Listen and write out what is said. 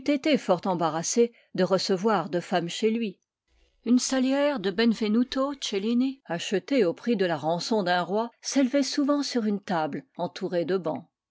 fort embarrassé de recevoir deux femmes chez lui une salière de benvenuto cellini achetée au prix de la rançon d'un roi s'élevait souvent sur une table entourée de bancs